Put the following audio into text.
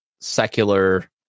secular